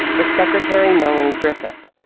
the secretary melanie griffith.